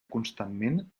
constantment